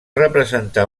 representar